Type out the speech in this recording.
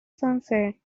sunset